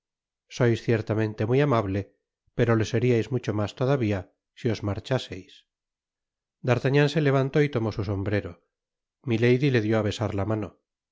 sois ciertamente muy amable pero lo seriais mucho mas todavía si os marchais d'artagnan se levantó y tomó su sombrero milady le dió á besar la mano